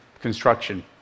construction